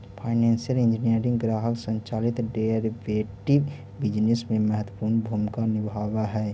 financial engineering ग्राहक संचालित derivative business में महत्वपूर्ण भूमिका निभावऽ हई